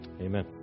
Amen